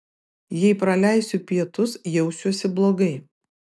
jei praleisiu pietus jausiuosi blogai